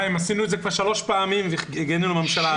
עשינו את זה כבר שלוש פעמים והגענו לממשלה הזאת.